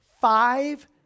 five